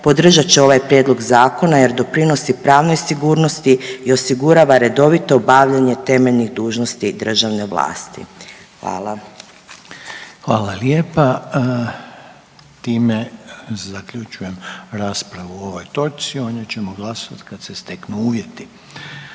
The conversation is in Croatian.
podržat će ovaj prijedlog zakona jer doprinosi pravnoj sigurnosti i osigurava redovito obavljanje temeljnih dužnosti državne vlasti. Hvala. **Reiner, Željko (HDZ)** Hvala lijepa. Time zaključujem raspravu o ovoj točci, o njoj ćemo glasovat kad se steknu uvjeti.